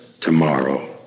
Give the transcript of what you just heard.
tomorrow